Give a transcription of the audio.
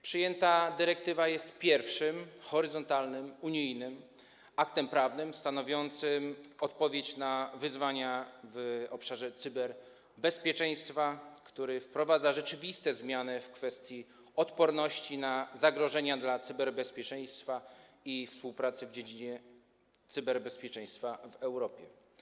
Przyjęta dyrektywa jest pierwszym horyzontalnym unijnym aktem prawnym stanowiącym odpowiedź na wyzwania w obszarze cyberbezpieczeństwa, który wprowadza rzeczywiste zmiany w kwestii odporności na zagrożenia dla cyberbezpieczeństwa i współpracy w dziedzinie cyberbezpieczeństwa w Europie.